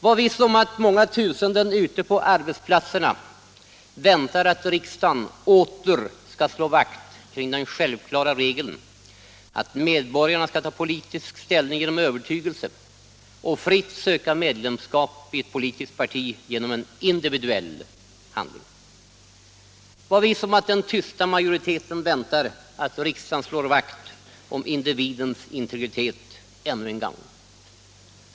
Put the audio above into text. Var viss om att många tusenden ute på arbetsplatserna väntar att riksdagen åter skall slå vakt om den självklara regeln att medborgarna skall ta politisk ställning genom övertygelse och fritt söka medlemskap i politiskt parti genom en individuell handling. Var viss om att den tysta majoriteten väntar att riksdagen slår vakt om individens integritet —- ännu en gång!